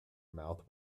mouth